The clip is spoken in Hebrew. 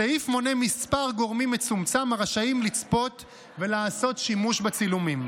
בסעיף נמנים מספר גורמים מצומצם הרשאים לצפות ולעשות שימוש בצילומים: